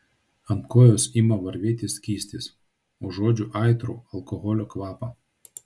ant kojos ima varvėti skystis užuodžiu aitrų alkoholio kvapą